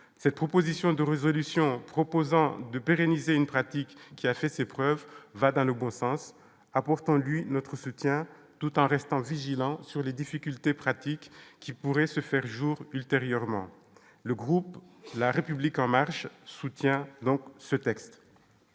cette proposition de résolution proposant de pérenniser une pratique qui a fait ses preuves, va dans le bon sens, a pourtant lui notre soutien tout en restant vigilant sur les difficultés pratiques qui pourraient se faire jour ultérieurement le groupe la République en marche soutient donc ce texte.